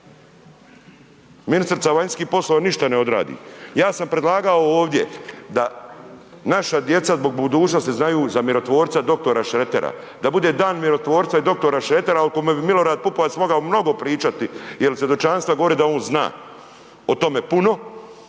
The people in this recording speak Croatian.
Ministrica vanjskih poslova ništa ne odradi, ja sam predlagao ovdje da naša djeca zbog budućnosti znaju za mirotvorca dr. Šrekera, da bude dan mirotvorca i dr. Šretera o kome bi Milorad Pupovac mogao mnogo pričati jel svjedočanstva govore da on zna o tome puno,